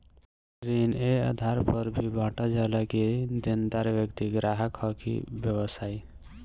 ऋण ए आधार पर भी बॉटल जाला कि देनदार व्यक्ति ग्राहक ह कि व्यवसायी